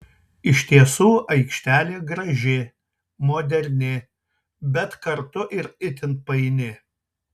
iš tiesų aikštelė graži moderni bet kartu ir itin paini